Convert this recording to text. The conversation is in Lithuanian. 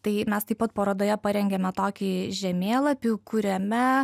tai mes taip pat parodoje parengėme tokį žemėlapį kuriame